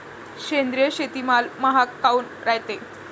सेंद्रिय शेतीमाल महाग काऊन रायते?